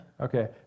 Okay